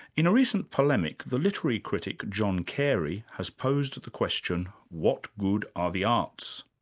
in a recent polemic, the literary critic, john carey, has posed the question what good are the arts?